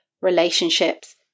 relationships